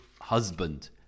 husband